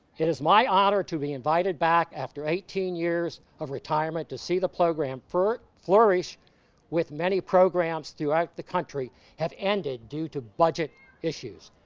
it is my honor to be invited back after eighteen years of retirement to see the program flourish with many programs throughout the country have ended due to budget issues.